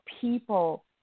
people